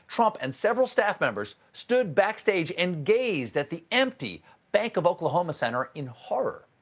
trump and several staff members stood backstage and gazed at the empty bank of oklahoma center in horror.